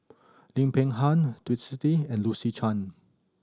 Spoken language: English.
Lim Peng Han Twisstii and Lucy Chan